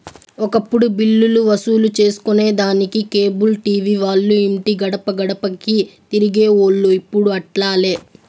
ఒకప్పుడు బిల్లులు వసూలు సేసుకొనేదానికి కేబుల్ టీవీ వాల్లు ఇంటి గడపగడపకీ తిరిగేవోల్లు, ఇప్పుడు అట్లాలే